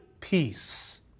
peace